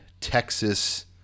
Texas